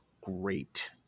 great